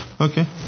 Okay